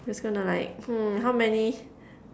just gonna like hmm how many